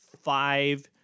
five